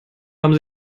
haben